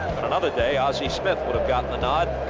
another day, ozzie smith would've gotten the nod,